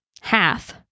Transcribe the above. half